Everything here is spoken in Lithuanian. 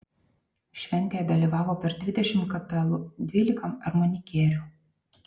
šventėje dalyvavo per dvidešimt kapelų dvylika armonikierių